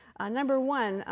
ah number one,